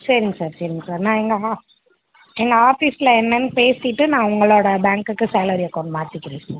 சரிங்க சார் சரிங்க சார் நான் எங்கள் ஆ எங்கள் ஆஃபிஸ்ல என்னென்னு பேசிட்டு நான் உங்களோடய பேங்குக்கு சேலரி அக்கௌண்ட் மாத்திக்கிறேன் சார்